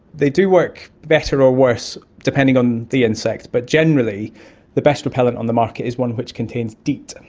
they do work better or worse depending on the insect, but generally the best repellent on the market is one which contains deet, and